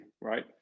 right